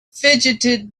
fidgeted